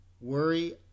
worry